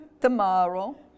Tomorrow